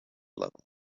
levels